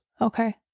Okay